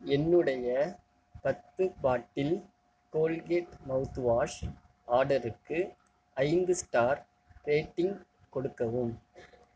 என்னுடைய பத்து bottle Colgate mouthwash ஆர்டருக்கு ஐந்து ஸ்டார் ரேட்டிங் கொடுக்கவும்